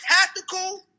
tactical